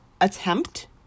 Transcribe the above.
attempt